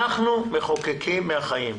אנחנו מחוקקים מהחיים.